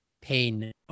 pain